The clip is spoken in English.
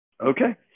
Okay